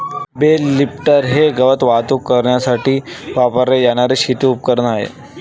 bell lifter हे गवत वाहतूक करण्यासाठी वापरले जाणारे शेती उपकरण आहे